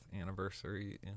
anniversary